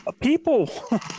people